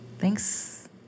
Thanks